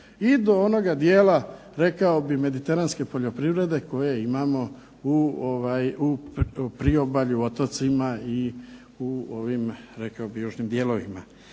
i do onoga dijela rekao bih mediteranske poljoprivrede koje imamo u priobalju, otocima i u ovim rekao bih južnim dijelovima.